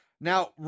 Now